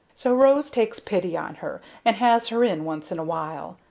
so rose takes pity on her, and has her in once in a while.